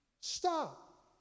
Stop